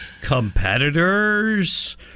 competitors